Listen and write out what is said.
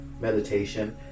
meditation